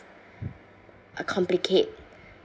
uh complicate